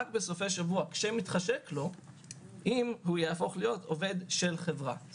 בסופי שבוע כשמתחשק לו אם הוא יהפוך להיות עובד של חברה.